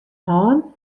hân